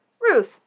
Ruth